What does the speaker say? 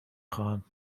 خواهند